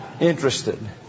interested